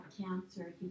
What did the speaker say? cancer